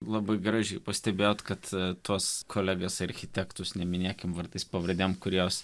labai gražiai pastebėjote kad tuos kolegas architektus neminėkime vardais pavardėm kurios